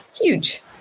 Huge